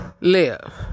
live